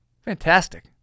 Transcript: Fantastic